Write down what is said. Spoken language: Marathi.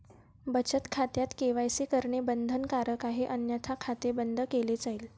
बचत खात्यात के.वाय.सी करणे बंधनकारक आहे अन्यथा खाते बंद केले जाईल